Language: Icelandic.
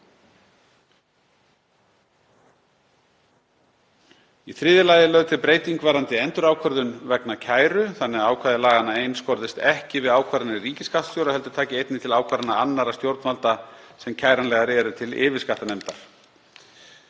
Í þriðja lagi er lögð til breyting varðandi endurákvörðun vegna kæru þannig að ákvæði laganna einskorðist ekki við ákvarðanir ríkisskattstjóra heldur taki einnig til ákvarðana annarra stjórnvalda sem kæranlegar eru til yfirskattanefndar.